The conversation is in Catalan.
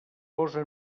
posa